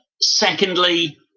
secondly